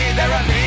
Therapy